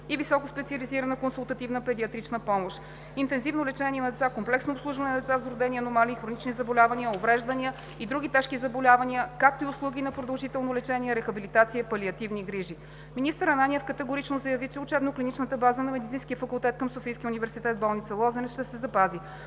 и високоспециализирана консултативна педиатрична помощ, интензивно лечение на деца, комплексно обслужване на деца с вродени аномалии, хронични заболявания, увреждания и други тежки заболявания, както и услуги по продължително лечение, рехабилитация и палиативни грижи. Министър Ананиев категорично заяви, че учебно-клиничната база на Медицинския факултет към Софийския университет в болница „Лозенец“ ще се запази.